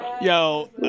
Yo